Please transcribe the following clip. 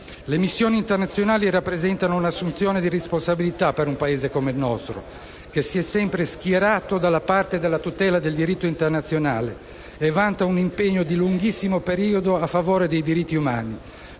Le missioni internazionali rappresentano un'assunzione di responsabilità per un Paese come il nostro, che si è sempre schierato dalla parte della tutela del diritto internazionale e vanta un impegno di lunghissimo periodo a favore dei diritti umani,